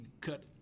cut